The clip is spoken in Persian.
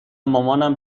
مامانم